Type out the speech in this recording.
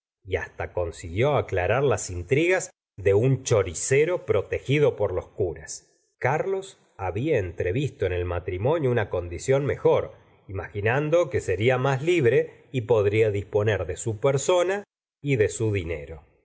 y hasta consiguió aclarar las intrigas de un choricero protegido por los curas carlos había entrevisto en el matrimonio una condición mejor imaginando que sería más libre y podría disponer de su persona y de su dinero